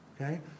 Okay